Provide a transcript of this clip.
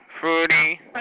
Fruity